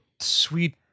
sweet